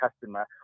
customer